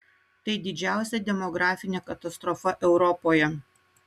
tai didžiausia demografinė katastrofa europoje